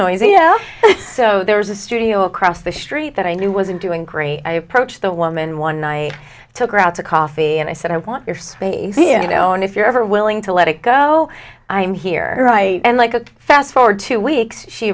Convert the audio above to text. know so there's a studio across the street that i knew wasn't doing great i approached the woman one i took her out to coffee and i said i want your space here you know and if you're ever willing to let it go i'm here and like a fast forward two weeks she